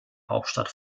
hauptstadt